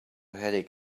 headache